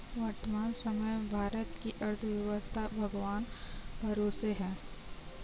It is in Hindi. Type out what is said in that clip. वर्तमान समय में भारत की अर्थव्यस्था भगवान भरोसे है